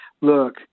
Look